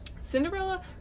Cinderella